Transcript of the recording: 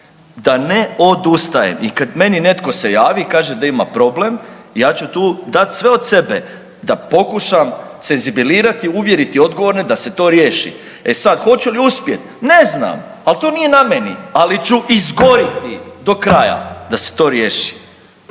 da ne odustajem. I kad meni netko se javi i kaže da ima problem ja ću tu dati sve da pokušam senzibilizirati, uvjeriti odgovorne da se to riješi. E sad hoću li uspjeti, ne znam, ali to nije na meni, ali ću izgoriti do kraja da se to riješi.